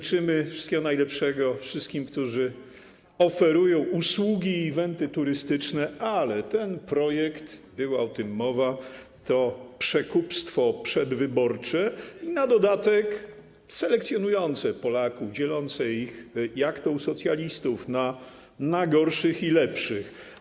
Życzymy wszystkiego najlepszego wszystkim, którzy oferują usługi i eventy turystyczne, ale ten projekt, była o tym mowa, to przekupstwo przedwyborcze i na dodatek selekcjonujące Polaków, dzielące ich, jak to u socjalistów, na gorszych i lepszych.